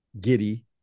Giddy